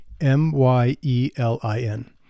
m-y-e-l-i-n